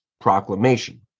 proclamation